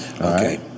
Okay